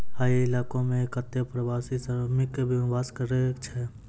हय इलाको म कत्ते प्रवासी श्रमिक निवास करै छै